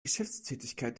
geschäftstätigkeit